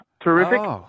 Terrific